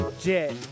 Jet